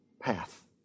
path